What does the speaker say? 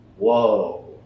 Whoa